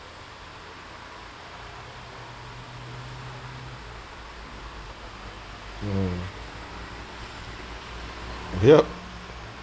no yup